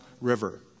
river